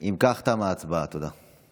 אם כך, תמה ההצבעה, תודה.